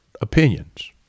opinions